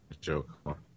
joke